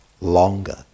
longer